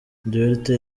duterte